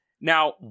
Now